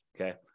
Okay